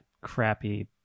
crappy